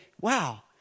wow